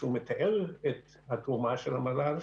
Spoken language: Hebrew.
כשהוא מתאר את התרומה של המל"ל,